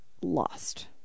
lost